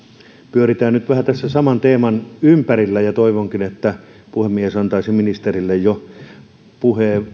pyöritään nyt vähän saman teeman ympärillä ja toivonkin että puhemies antaisi ministerille